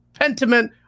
Pentiment